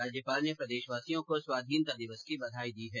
राज्यपाल ने प्रदेशवासियों को स्वाधीनता दिवस की बधाई दी है